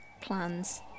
plans